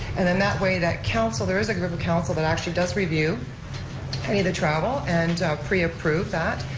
and then that way that council, there is a group of council that actually does review any of the travel and preapprove that,